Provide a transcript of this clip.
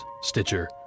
Stitcher